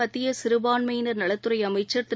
மத்தியசிறுபான்மயினநலத்துறைஅமைச்சா் திரு